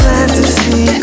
Fantasy